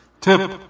tip